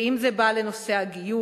ואם זה בא לנושא הגיוס,